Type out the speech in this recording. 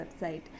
website